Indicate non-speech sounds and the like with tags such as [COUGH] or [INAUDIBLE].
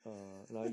[LAUGHS]